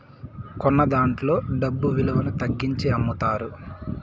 కొన్నదాంట్లో డబ్బు విలువను తగ్గించి అమ్ముతారు